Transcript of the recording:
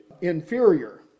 inferior